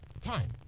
time